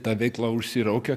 ta veikla užsiraukė